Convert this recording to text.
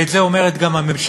ואת זה אומרת גם הממשלה,